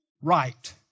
right